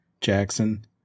Jackson